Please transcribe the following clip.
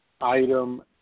item